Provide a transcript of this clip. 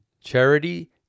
charity